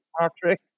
Patrick